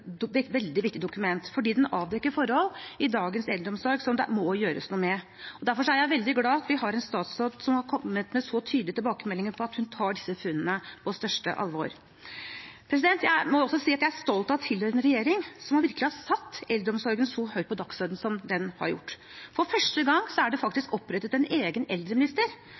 veldig viktig dokument fordi den avdekker forhold i dagens eldreomsorg som det må gjøres noe med. Derfor er jeg veldig glad for at vi har en statsråd som har kommet med så tydelige tilbakemeldinger på at hun tar disse funnene på største alvor. Jeg må også si at jeg er stolt av å tilhøre en regjering som virkelig har satt eldreomsorgen så høyt på dagsordenen som det den har gjort. For første gang er det faktisk opprettet en egen eldreminister.